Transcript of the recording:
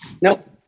Nope